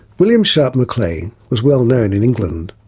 william sharp macleay was well-known in england.